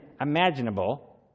imaginable